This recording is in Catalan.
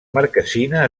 marquesina